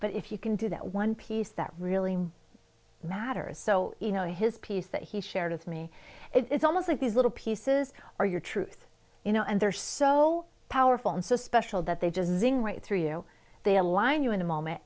but if you can do that one piece that really matters so you know his piece that he shared with me it's almost like these little pieces are your truth you know and they're so powerful and so special that they just zing right through you they align you in a moment